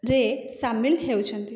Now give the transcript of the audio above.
ରେ ସାମିଲ ହେଉଛନ୍ତି